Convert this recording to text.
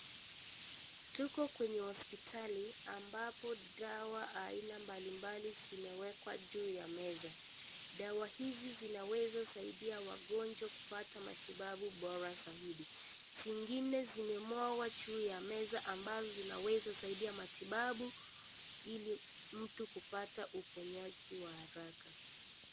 Tuko kwenye hospitali ambapo dawa aina mbalimbali zimewekwa juu ya meza. Dawa hizi zinaweza kuwasiadia wagonjwa kupata matibabu bora zaidi. Zingine zimemwagwa juu ya meza ambazo zinaweza saidia matibabu ili mtu kupata uponyaji wa haraka.